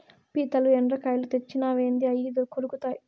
పీతలు, ఎండ్రకాయలు తెచ్చినావేంది అయ్యి కొరుకుతాయి